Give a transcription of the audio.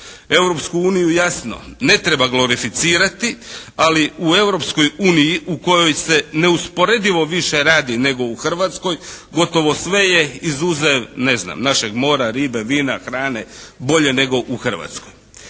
Europsku uniju jasno, ne treba glorificirati ali u Europskoj uniji u kojoj se neusporedivo više radi nego u Hrvatskoj, gotovo sve je izuzev ne znam, našeg mora, ribe, vina, hrane bolje nego u Hrvatskoj.